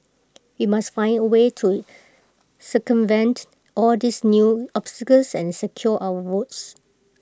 we must find A way to circumvent all these new obstacles and secure our votes